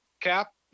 Cap